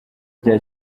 rya